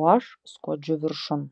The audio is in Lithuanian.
o aš skuodžiu viršun